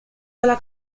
dalla